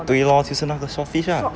对 lor 就是那个 swordfish ah